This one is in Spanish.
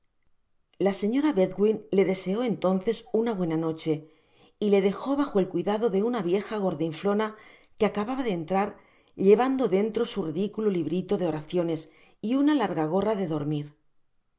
dispertó señora bedwia e deseó entonces una buena noche y le dejo bajo el cuidado de una vieja gordinflona que acallaba de entrar llevando dentro su ridiculo un librito de oraciones y una larga gorra de dormir